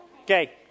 okay